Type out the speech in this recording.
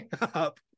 up